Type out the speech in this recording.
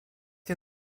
nie